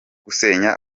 gusenya